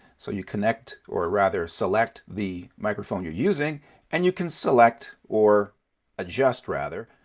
so, you connect, or rather, select the microphone you're using and you can select, or adjust, rather,